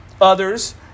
others